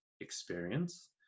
experience